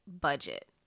budget